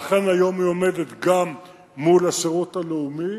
ואכן, היום היא עומדת גם מול השירות הלאומי